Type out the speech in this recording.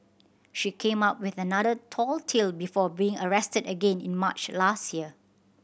she came up with another tall tale before being arrested again in March last year